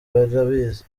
barabizi